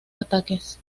ataques